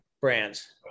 brands